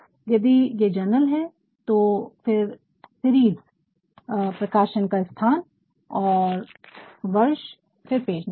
यदि ये जर्नल से हो तो फिर सीरीज series श्रंखला प्रकाशन का स्थान प्रेक्षण का वर्ष और फिर पेज नंबर